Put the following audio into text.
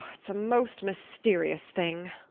it's a most mysterious thing,